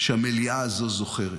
שהמליאה הזו זוכרת.